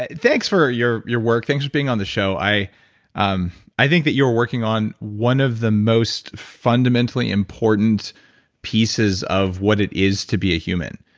thanks for your your work. thanks for being on the show. i um i think that you're working on one of the most fundamentally important pieces of what it is to be a human